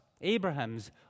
Abraham's